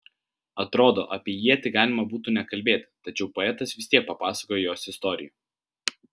atrodo apie ietį galima būtų nekalbėti tačiau poetas vis tiek papasakoja jos istoriją